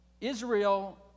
Israel